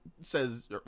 says